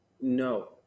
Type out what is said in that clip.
no